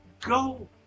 go